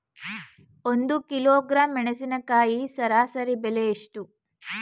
ಒಂದು ಕಿಲೋಗ್ರಾಂ ಮೆಣಸಿನಕಾಯಿ ಸರಾಸರಿ ಬೆಲೆ ಎಷ್ಟು?